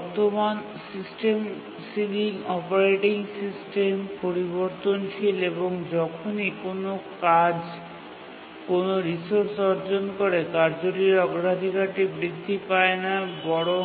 বর্তমান system ceiling operating system পরিবর্তনশীল এবং যখনই কোনও কাজ কোনও রিসোর্স অর্জন করে কার্যটির অগ্রাধিকারটি বৃদ্ধি পায় না বরং